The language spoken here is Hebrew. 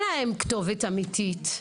שאין להם כתובת אמיתית.